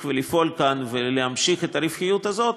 ולפעול כאן ולהמשיך את הרווחיות הזאת,